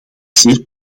zeer